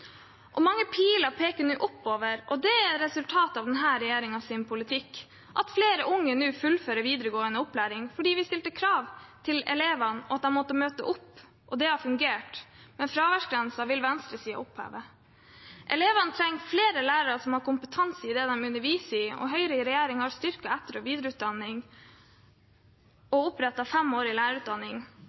Mange piler peker nå oppover, og det er resultatet av denne regjeringens politikk, for flere unge fullfører nå videregående opplæring fordi vi stilte krav til elevene om at de måtte møte opp. Det har fungert, men fraværsgrensen vil venstresiden oppheve. Elevene trenger flere lærere som har kompetanse i det de underviser i. Høyre i regjering har styrket etter- og videreutdanning og opprettet femårig lærerutdanning, og de som tar seg jobb i